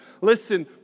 Listen